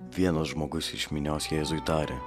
vienas žmogus iš minios jėzui tarė